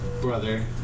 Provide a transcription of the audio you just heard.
brother